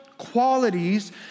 Qualities